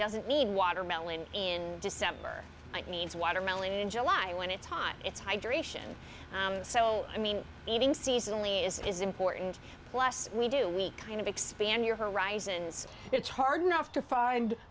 doesn't need watermelon in december it needs watermelon in july when it's hot it's hydration so i mean eating seasonally is important plus we do we kind of expand your horizons it's hard enough to find